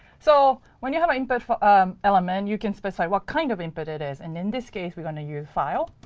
so when you have an input for element, you can specify what kind of input it is. and in this case, we're going to use file.